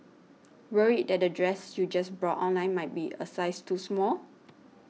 worried that the dress you just bought online might be a size too small